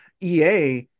EA